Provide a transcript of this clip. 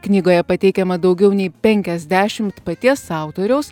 knygoje pateikiama daugiau nei penkiasdešimt paties autoriaus